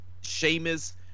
Sheamus